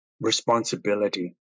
responsibility